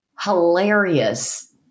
hilarious